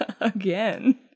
Again